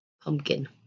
Pumpkin